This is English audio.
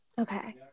Okay